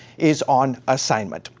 is on assignment.